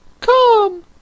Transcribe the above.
Come